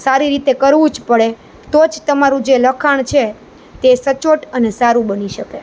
સારી રીતે કરવું જ પડે તો જ તમારું જે લખાણ છે તેં સચોટ અને સારુ બની શકે